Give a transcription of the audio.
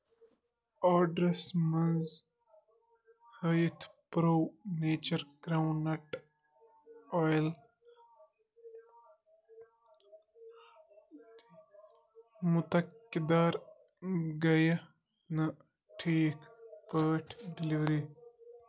آرڈرَس منٛز ہٲیِتھ pro nature groundnut oil مُتَقِدار گٔیہِ نہٕ ٹھیٖک پٲٹھۍ ڈِلِوری